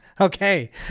Okay